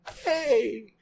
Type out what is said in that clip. Hey